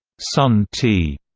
sun tea,